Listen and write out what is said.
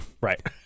Right